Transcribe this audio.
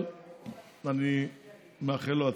אבל אני מאחל לו הצלחה.